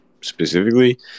specifically